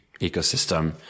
ecosystem